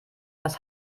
das